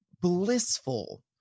blissful